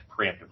preemptively